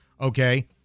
okay